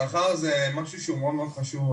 שכר זה משהו מאוד חשוב,